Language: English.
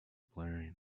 blaring